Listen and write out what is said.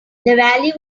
valley